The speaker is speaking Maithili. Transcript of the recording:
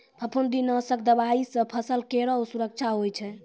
फफूंदी नाशक दवाई सँ फसल केरो सुरक्षा होय छै